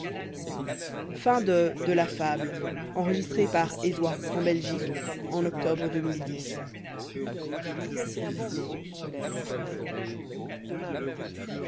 de la fable octobre de